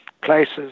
places